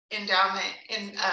endowment—in